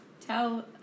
tell